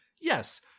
yes